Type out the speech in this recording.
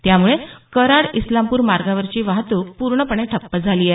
त्यामुळे कराड इस्लामपूर मार्गावरची वाहतूक पूर्णपणे ठप्प झाली आहे